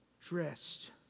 Dressed